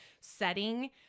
setting